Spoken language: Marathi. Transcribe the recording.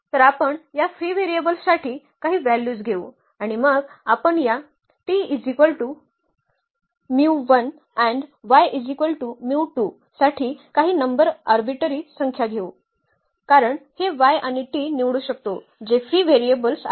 तर आपण या फ्री व्हेरिएबल्ससाठी काही व्हॅल्यूज घेऊ आणि मग आपण या साठी काही नंबर आर्बिटरी संख्या घेऊ कारण हे y आणि t निवडू शकतो जे फ्री व्हेरिएबल्स आहेत